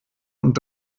und